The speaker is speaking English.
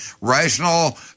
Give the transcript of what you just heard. rational